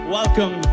welcome